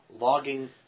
logging